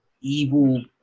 evil